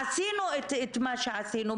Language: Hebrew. עשינו את מה שעשינו,